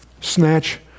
snatch